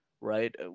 right